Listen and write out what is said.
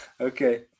Okay